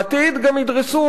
בעתיד גם ידרסו,